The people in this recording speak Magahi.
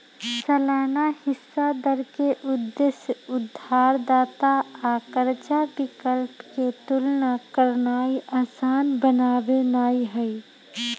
सालाना हिस्सा दर के उद्देश्य उधारदाता आ कर्जा विकल्प के तुलना करनाइ असान बनेनाइ हइ